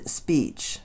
speech